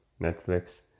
netflix